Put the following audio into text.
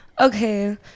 Okay